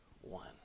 one